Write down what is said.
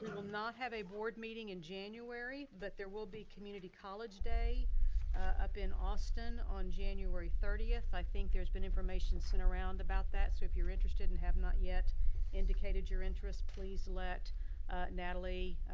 will not have a board meeting in january, but there will be community college day up in austin on january thirtieth. i think there's been information sent around about that so if you're interested and have not yet indicated your interest, please let natalie,